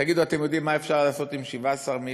תגידו, אתם יודעים מה אפשר לעשות עם 17 מיליון?